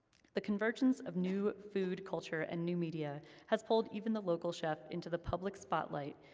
the convergence of new food culture and new media has pulled even the local chef into the public spotlight,